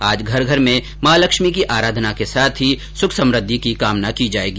आज घर घर में मां लक्ष्मी की अराधना के साथ ही सूख समुद्धि की कामना की जायेगी